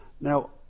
Now